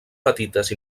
petites